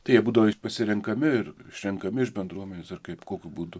tai jie būdavo ir pasirenkami ir išrenkami iš bendruomenės ar kaip kokiu būdu